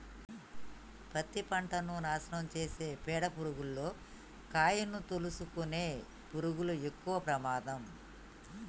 పత్తి పంటను నాశనం చేసే పీడ పురుగుల్లో కాయను తోలుసుకునే పురుగులు ఎక్కవ ప్రమాదం